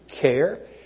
care